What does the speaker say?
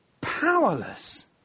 powerless